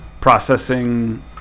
processing